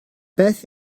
beth